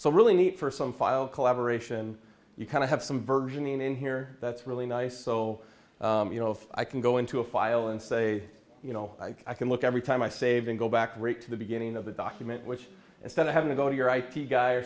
so really neat for some file collaboration you kind of have some version in here that's really nice so you know if i can go into a file and say you know i can look every time i saved and go back to the beginning of the document which instead of having to go to your ip guy or